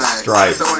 stripes